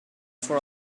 for